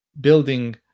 building